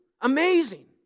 amazing